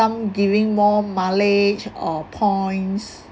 giving more mileage or points